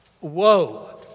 woe